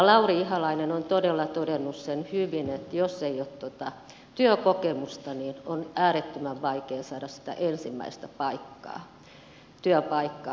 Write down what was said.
lauri ihalainen on todella todennut sen hyvin että jos ei ole työkokemusta niin on äärettömän vaikea saada sitä ensimmäistä työpaikkaa